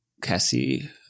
Cassie